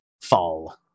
fall